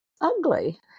ugly